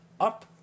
up